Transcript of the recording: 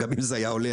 גם אם זה היה עולה,